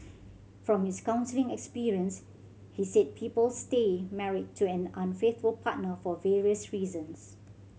from his counselling experience he said people stay married to an unfaithful partner for various reasons